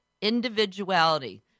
individuality